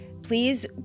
please